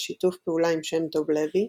בשיתוף פעולה עם שם טוב לוי,